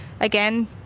again